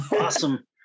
Awesome